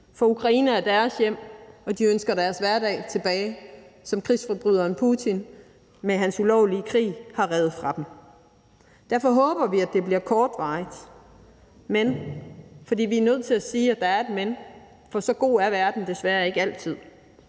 for Ukraine er deres hjem, og de ønsker deres hverdag, som krigsforbryderen Putin med sin ulovlige krig har revet fra dem, tilbage. Derfor håber vi, at det bliver kortvarigt, men – for vi er nødt til at sige, at der er et men, for så god er verden desværre ikke altid